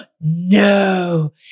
No